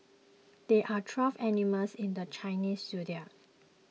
there are twelve animals in the Chinese zodiac